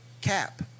cap